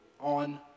on